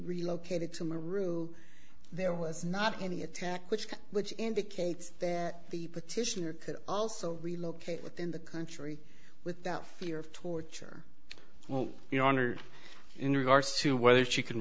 relocated to my room there was not any attack which would indicate that the petitioner could also relocate within the country without fear of torture well you know honored in regards to whether she can